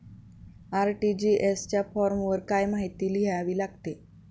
RTGS च्या फॉर्मवर काय काय माहिती लिहावी लागते?